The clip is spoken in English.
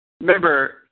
Remember